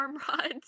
Armrods